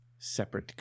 separate